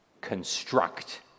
construct